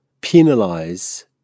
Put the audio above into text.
penalize